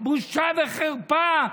בושה וחרפה,